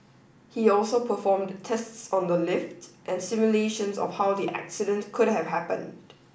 he also performed tests on the lift and simulations of how the accident could have happened